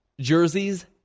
jerseys